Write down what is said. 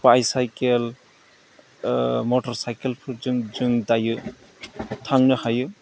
बाइ cycle मथर साइकेलफोरजों जों दायो थांनो हायो